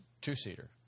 two-seater